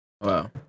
Wow